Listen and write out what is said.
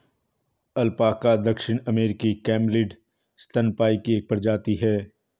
alpaca दक्षिण अमेरिकी camelid स्तनपायी की एक प्रजाति है